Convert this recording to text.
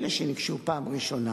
אלה שניגשו פעם ראשונה